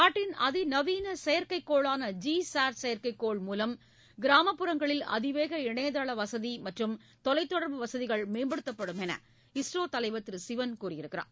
நாட்டின் அதிநவீன செயற்கை கோளான ஜி சாட் செயற்கை கோள் மூலம் கிராமப்புறங்களில் அதிவேக இணையதள வசதி மற்றும் தொலைதொடர்பு வசதிகள் மேம்படுத்தப்படும் என்று இஸ்ரோ தலைவர் திரு சிவன் தெரிவித்தார்